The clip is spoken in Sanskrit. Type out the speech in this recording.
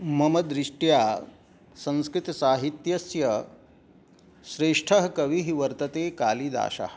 मम दृष्ट्या संस्कृतसाहित्यस्य श्रेष्ठः कविः वर्तते कालिदासः